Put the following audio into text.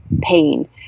pain